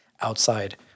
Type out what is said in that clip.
outside